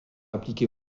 appliquée